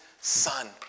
son